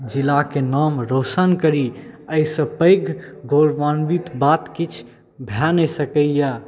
जिलाके नाम रोशन करी एहिसँ पैघ गौरवान्वित बात किछु भऽ नहि सकैए